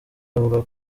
avuga